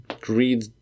greed